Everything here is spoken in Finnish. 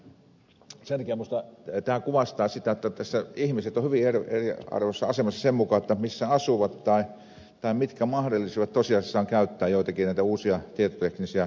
sen takia minusta tämä kuvastaa sitä jotta ihmiset ovat hyvin eriarvoisessa asemassa sen mukaan missä asuvat tai mitkä mahdollisuudet tosiasiassa on käyttää joitakin näitä uusia tietoteknisiä välineitä